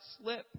slip